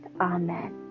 Amen